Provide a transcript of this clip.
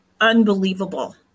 unbelievable